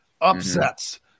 upsets